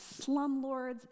slumlords